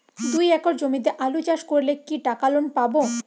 দুই একর জমিতে আলু চাষ করলে কি টাকা লোন পাবো?